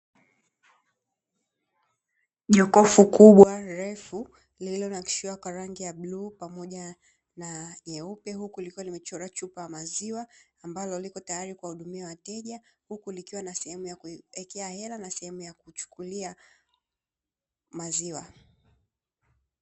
Jokofu kubwa refu lililonakshiwa kwa rangi ya bluu pamoja na nyeupe, huku likiwa limechorwa chupa ya maziwa ambalo lipo tayari kuwahudumia wateja huku likiwa na sehemu ya kuwekea hela na sehemu ya kuchukulia maziwa.